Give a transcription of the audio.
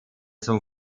zum